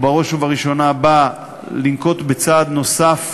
בראש ובראשונה הוא בא לנקוט צעד נוסף